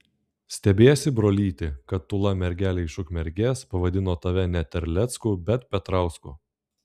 stebiesi brolyti kad tūla mergelė iš ukmergės pavadino tave ne terlecku bet petrausku